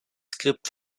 skript